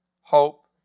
hope